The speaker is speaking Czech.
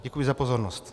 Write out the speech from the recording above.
Děkuji za pozornost.